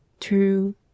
True